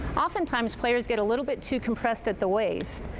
oftentimes players get a little bit too compressed at the waist.